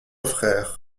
frère